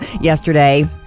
yesterday